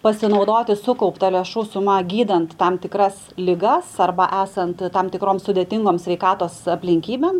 pasinaudoti sukaupta lėšų suma gydant tam tikras ligas arba esant tam tikroms sudėtingoms sveikatos aplinkybėm